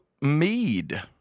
Mead